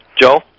Joe